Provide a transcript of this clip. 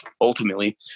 ultimately